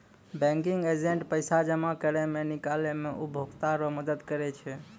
banking agent पैसा जमा करै मे, निकालै मे उपभोकता रो मदद करै छै